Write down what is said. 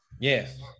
Yes